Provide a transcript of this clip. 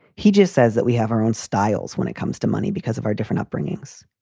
he just says that we have our own styles when it comes to money because of our different upbringings.